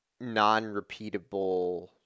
non-repeatable